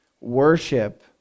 worship